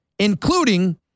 including